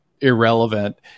irrelevant